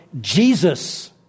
Jesus